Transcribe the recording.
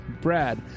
Brad